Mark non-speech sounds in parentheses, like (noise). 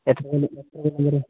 (unintelligible)